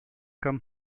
come